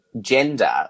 gender